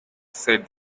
said